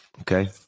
Okay